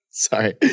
Sorry